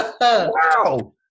Wow